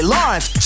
Lawrence